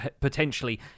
potentially